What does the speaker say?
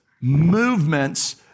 movements